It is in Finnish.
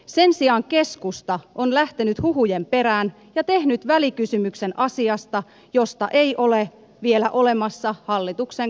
sen sijaan keskusta on lähtenyt huhujen perään ja tehnyt välikysymyksen asiasta josta ei ole vielä olemassa hallituksen kantaa